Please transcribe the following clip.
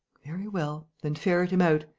very well. then ferret him out.